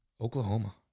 Oklahoma